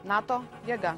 nato jėga